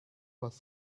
was